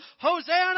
Hosanna